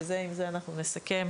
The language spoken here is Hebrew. בוועדה הנוכחית ועם זה אנחנו נסכם